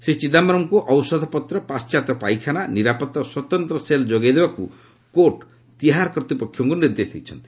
ଶ୍ରୀ ଚିଦାୟରମ୍ଙ୍କୁ ଔଷଧପତ୍ର ପାଣ୍ଟାତ୍ୟ ପାଇଖାନା ନିରାପତ୍ତା ଓ ସ୍ୱତନ୍ତ୍ର ସେଲ୍ ଯୋଗାଇ ଦେବାକୁ କୋର୍ଟ ତିହାର କର୍ତ୍ତୃପକ୍ଷଙ୍କ ନିର୍ଦ୍ଦେଶ ଦେଇଛନ୍ତି